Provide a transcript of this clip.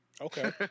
Okay